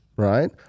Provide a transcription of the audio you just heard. Right